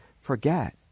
forget